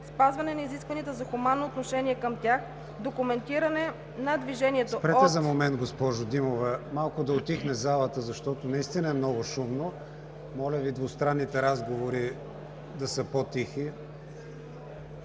спазване на изискванията за хуманно отношение към тях; документиране на движението от…“ ПРЕДСЕДАТЕЛ КРИСТИАН ВИГЕНИН: Спрете за момент, госпожо Димова, малко да утихне залата, защото наистина е много шумно. Моля Ви двустранните разговори да са по-тихи.